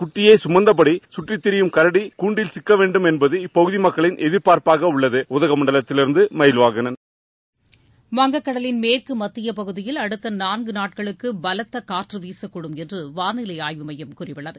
குட்டியை குமந்தபடி கற்றித் திரியும் கரடிகள் கூண்டில் சிக்க வேண்டும் என்பதே பொதமக்களின் எதிர்பார்ப்பாக உள்ளது மயில்வாகணன் வங்கக்கடலின் மேற்கு மத்தியப் பகுதியில் அடுத்த நான்கு நாட்களுக்கு பலத்த காற்று வீசக்கூடும் என்று வானிலை ஆய்வு மையம் கூறியுள்ளது